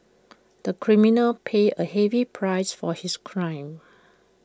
the criminal paid A heavy price for his crime